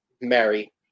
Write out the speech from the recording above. Mary